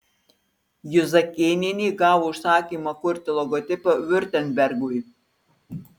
juzakėnienė gavo užsakymą kurti logotipą viurtembergui